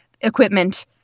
equipment